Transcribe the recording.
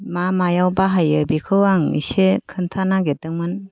मा मायाव बाहायो बेखौ आं एसे खोन्थानो नागिरदोंमोन